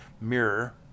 mirror